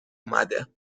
اومده